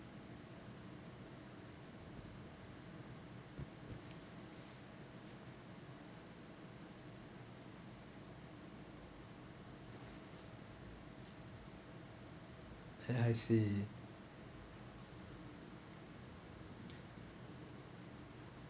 uh I see